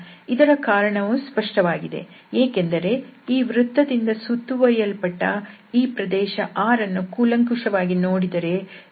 ಇದರ ಕಾರಣವು ಸ್ಪಷ್ಟವಾಗಿದೆ ಏಕೆಂದರೆ ಈ ವೃತ್ತದಿಂದ ಸುತ್ತುವರಿಯಲ್ಪಟ್ಟ ಈ ಪ್ರದೇಶ R ಅನ್ನು ಕೂಲಂಕುಶವಾಗಿ ನೋಡಿದರೆ ಇಲ್ಲಿ x2y20 ಎಂದು ಕೊಡಲಾಗಿದೆ